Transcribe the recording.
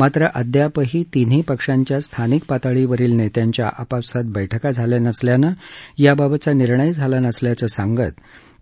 मात्र अद्यापही तिन्ही पक्षाच्या स्थानिक पातळीवरील नेत्यांच्या आपसात बैठका झाल्या नसल्यानं याबाबतचा निर्णय झाला नसल्याचं सांगत